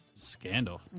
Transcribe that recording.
Scandal